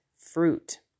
fruit